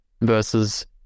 versus